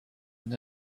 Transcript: and